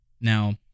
Now